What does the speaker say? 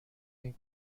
این